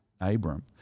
Abram